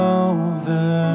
over